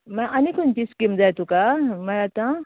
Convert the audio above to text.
म्हळ्यार आनी खंयची स्किम जाय तुका म्हळ्यार आतां